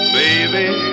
baby